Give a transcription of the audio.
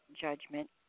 judgment